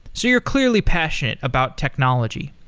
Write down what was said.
so you're clearly passionate about technology.